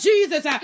Jesus